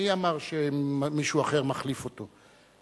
מי אמר שמישהו אחר מחליף אותו?